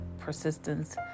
persistence